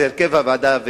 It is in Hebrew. אם זה בהרכב הוועדה,